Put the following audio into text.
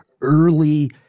early